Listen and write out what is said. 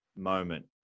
moment